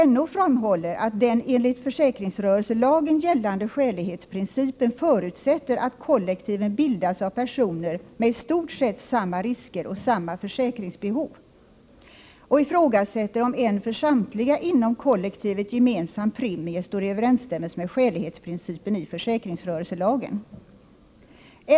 NO framhåller att den enligt försäkringsrörelselagen gällande skälighetsprincipen förutsätter att kollektiven bildas av personer med i stort sett samma risker och samma försäkringsbehov och ifrågasätter om en för samtliga inom kollektivet gemensam premie står i överensstämmelse med skälighetsprincipen i försäkringsrörelselagen.